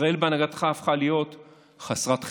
ישראל בהנהגתך הפכה להיות חסרת חמלה.